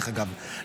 דרך אגב,